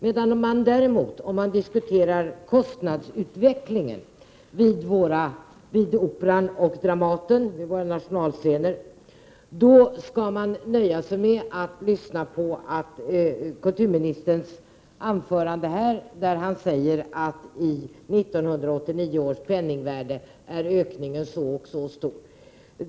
Om man däremot diskuterar kostnadsutvecklingen vid Operan och Dramaten, våra nationalscener, skall man nöja sig med att lyssna på kulturministerns anförande här, där han säger att i 1989 års penningvärde är ökningen så och så stor.